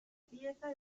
pieza